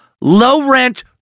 low-rent